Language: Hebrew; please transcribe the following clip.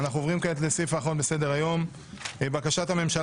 אנחנו עוברים כעת לסעיף האחרון בסדר-היום: בקשת הממשלה